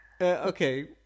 okay